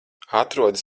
atrodi